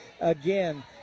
Again